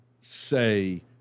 say